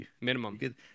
Minimum